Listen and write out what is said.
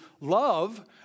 love